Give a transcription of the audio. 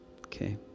Okay